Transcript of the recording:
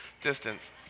distance